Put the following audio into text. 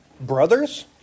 brothers